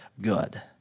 good